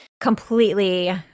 completely